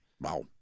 Wow